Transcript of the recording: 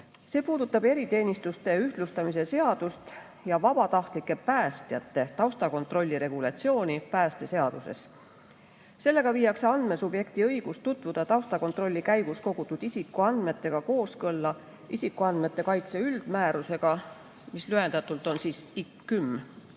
See puudutab eriteenistuste ühtlustamise seadust ja vabatahtlike päästjate taustakontrolli regulatsiooni päästeseaduses. Sellega viiakse andmesubjekti õigus tutvuda taustakontrolli käigus kogutud isikuandmetega kooskõlla isikuandmete kaitse üldmäärusega, mis lühendatult on IKÜM.